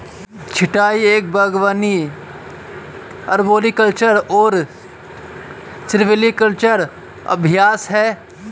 छंटाई एक बागवानी अरबोरिकल्चरल और सिल्वीकल्चरल अभ्यास है